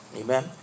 Amen